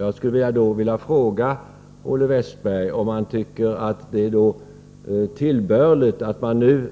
Jag skulle då vilja fråga Olle Westberg om han tycker att det är tillbörligt att nu